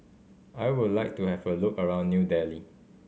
I would like to have a look around New Delhi